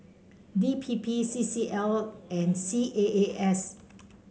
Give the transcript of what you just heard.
D P P C C L and C A A S